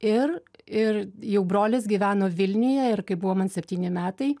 ir ir jau brolis gyveno vilniuje ir kai buvo man septyni metai